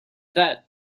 that